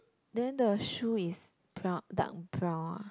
then the shoe is brown dark brown ah